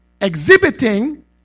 exhibiting